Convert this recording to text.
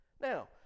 Now